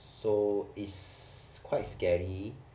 so is quite scary